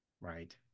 right